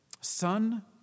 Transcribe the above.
Son